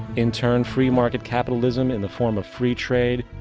in turn, free market capitalism in the form of free trade,